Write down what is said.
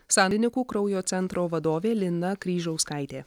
sadinikų kraujo centro vadovė lina kryžauskaitė